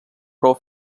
prou